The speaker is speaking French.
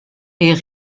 est